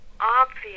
obvious